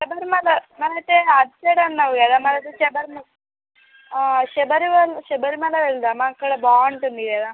శబరిమల మరి అయితే అటుసైడ్ అన్నావు కదా మరి శబరిమల శబరి శబరిమల వెళ్దామా అక్కడ బాగుంటుంది కదా